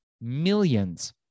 millions